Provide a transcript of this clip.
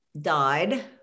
died